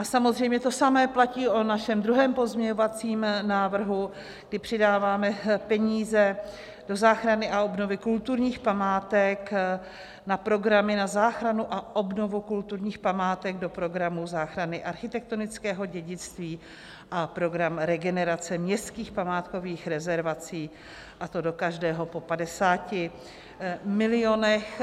Samozřejmě to samé platí o našem druhém pozměňovacím návrhu, kdy přidáváme peníze do záchrany a obnovy kulturních památek na programy na záchranu a obnovu kulturních památek do Programu záchrany architektonického dědictví a Programu regenerace městských památkových rezervací, a to do každého po 50 mil.